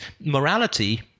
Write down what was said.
morality